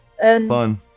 Fun